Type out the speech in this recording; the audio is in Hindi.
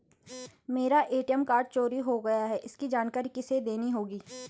मेरा ए.टी.एम कार्ड चोरी हो गया है इसकी जानकारी किसे देनी होगी?